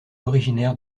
originaire